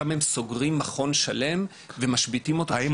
שם הם סוגרים מכון שלם ומשביתים אותו --- האם